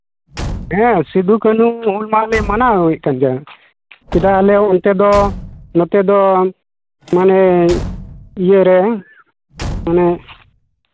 ᱦᱮᱸ ᱥᱤᱫᱩᱼᱠᱟᱹᱱᱩ ᱦᱩᱞ ᱢᱟᱦᱟᱞᱮ ᱢᱟᱱᱟᱣ ᱟᱹᱜᱩᱭᱮᱫ ᱠᱟᱱ ᱜᱮᱭᱟ ᱪᱮᱫᱟᱜ ᱟᱞᱮ ᱚᱱᱛᱮ ᱫᱚ ᱱᱚᱛᱮ ᱫᱚ ᱢᱟᱱᱮ ᱤᱭᱟᱹᱨᱮ ᱚᱱᱮ